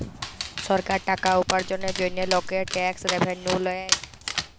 সরকার টাকা উপার্জলের জন্হে লকের ট্যাক্স রেভেন্যু লেয়